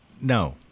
No